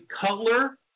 Cutler